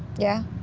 yeah.